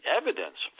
evidence